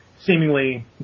seemingly